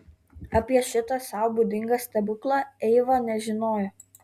apie šitą sau būdingą stebuklą eiva nežinojo